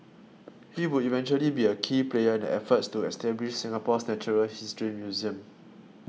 he would eventually be a key player in the efforts to establish Singapore's natural history museum